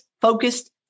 Focused